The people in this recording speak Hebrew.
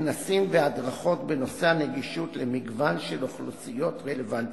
כנסים והדרכות בנושא הנגישות למגוון של אוכלוסיות רלוונטיות,